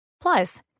Plus